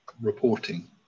reporting